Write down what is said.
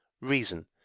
reason